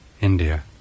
India